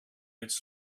its